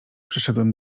przeszedłem